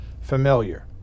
familiar